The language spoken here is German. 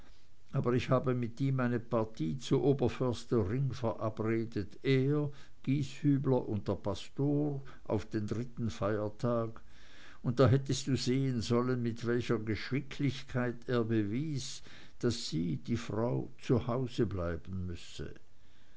aber ich habe mit ihm eine partie zu oberförster ring verabredet er gieshübler und der pastor auf den dritten feiertag und da hättest du sehen sollen mit welcher geschicklichkeit er bewies daß sie die frau zu hause bleiben müsse